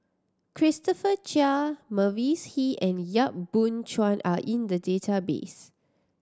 Christopher Chia Mavis Hee and Yap Boon Chuan are in the database